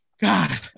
god